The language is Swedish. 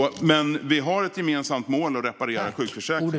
Vi har dock ett gemensamt mål: att reparera sjukförsäkringen.